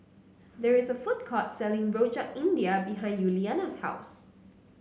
there is a food court selling Rojak India behind Yuliana's house